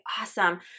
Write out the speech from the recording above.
awesome